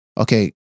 okay